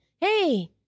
Hey